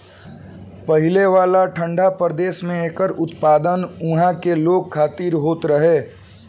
पहिले वाला ठंडा प्रदेश में एकर उत्पादन उहा के लोग खातिर होत रहे